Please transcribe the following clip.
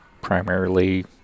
primarily